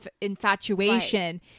infatuation